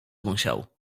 musiał